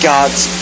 God's